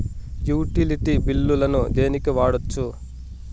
Utility బిల్లులను దేనికి వాడొచ్చు?